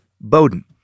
Bowden